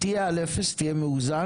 תהיה על אפס, תהיה מאוזן,